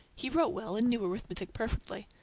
he wrote well, and knew arithmetic perfectly.